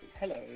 Hello